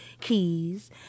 keys